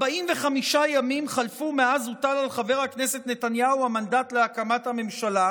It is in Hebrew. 45 ימים חלפו מאז הוטל על חבר הכנסת נתניהו המנדט להקמת הממשלה,